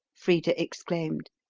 frida exclaimed,